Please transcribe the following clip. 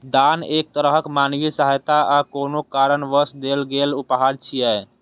दान एक तरहक मानवीय सहायता आ कोनो कारणवश देल गेल उपहार छियै